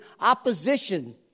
opposition